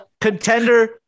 Contender